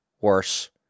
worse